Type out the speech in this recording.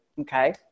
Okay